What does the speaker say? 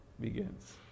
begins